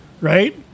Right